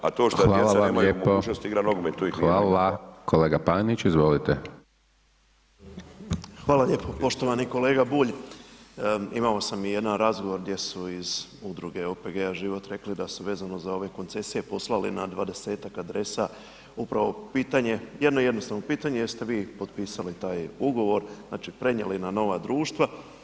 Poštovani kolega Bulj, imao sam i jedan razgovor gdje su iz udruge OPG-a Život rekli da su vezano za ove koncesije poslali na 20-ak adresa upravo pitanje, jedno jednostavno pitanje jeste vi potpisali taj ugovor, znači prenijeli na nova društva.